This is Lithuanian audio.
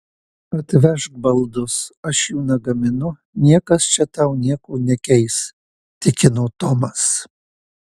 atvežk baldus aš jų negaminu niekas čia tau nieko nekeis tikino tomas